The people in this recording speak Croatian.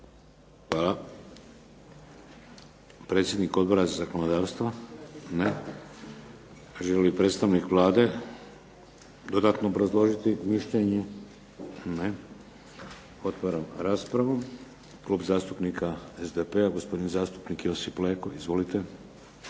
Hvala. Predsjednik Odbora za zakonodavstvo? Ne. Želi li predstavnik Vlade dodatno obrazložiti mišljenje? Ne. Otvaram raspravu. Klub zastupnika SDP-a, gospodin zastupnik Josip Leko. Izvolite.